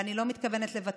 ואני לא מתכוונת לוותר.